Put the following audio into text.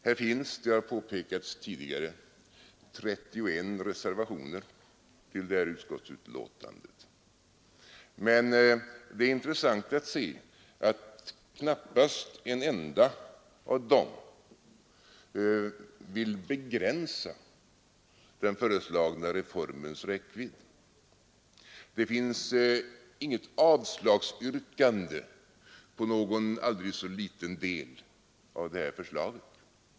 Här finns, som redan påpekats tidigare, 31 reservationer vid utskottsbetänkandet. Men det är intressant att se att knappast en enda av dem vill begränsa den föreslagna reformens räckvidd. Det finns inget avslagsyrkande på någon aldrig så liten del av förslaget.